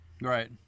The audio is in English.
Right